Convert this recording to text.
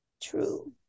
True